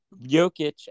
Jokic